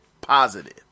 positive